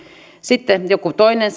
sitten joku toinen